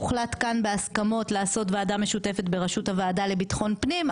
הוחלט כאן בהסכמות לעשות ועדה משותפת בראשות הוועדה לביטחון פנים,